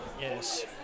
Yes